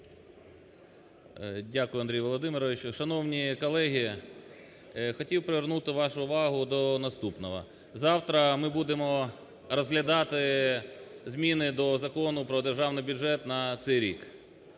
Дякую, Андрію Володимировичу. Шановні колеги, хотів привернути вашу увагу до наступного. Завтра ми будемо розглядати зміни до Закону про Державний бюджет на цей рік,